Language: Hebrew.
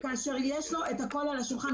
וזה עוד כשיש לו את הכל על השולחן.